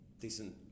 decent